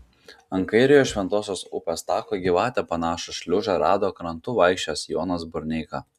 ant kairiojo šventosios upės tako į gyvatę panašų šliužą rado krantu vaikščiojęs jonas burneika